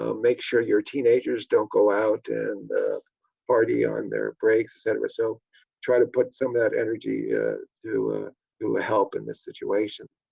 ah make sure your teenagers don't go out and party on their breaks etc. so try to put some of that energy to to ah help in this situation.